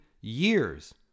years